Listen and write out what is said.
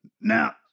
Now